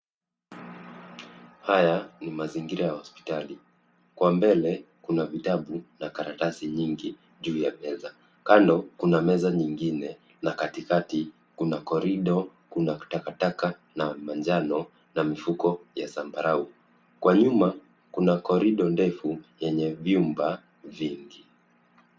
Haya ni mazingira ya hospitali. Kwa mbele kuna vitabu na karatasi nyingi juu ya meza. Kando kuna meza nyingine na katikati kuna korido , kuna takataka na manjano na mfuko ya zambarau. Kwa nyuma kuna korido refu yenye vyumba vingi.